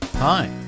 Hi